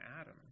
Adam